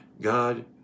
God